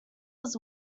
was